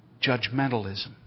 Judgmentalism